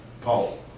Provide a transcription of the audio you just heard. Paul